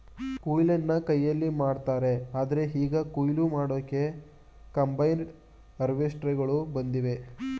ಕೊಯ್ಲನ್ನ ಕೈಯಲ್ಲಿ ಮಾಡ್ತಾರೆ ಆದ್ರೆ ಈಗ ಕುಯ್ಲು ಮಾಡೋಕೆ ಕಂಬೈನ್ಡ್ ಹಾರ್ವೆಸ್ಟರ್ಗಳು ಬಂದಿವೆ